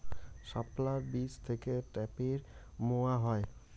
শাপলার বীজ থেকে ঢ্যাপের মোয়া হয়?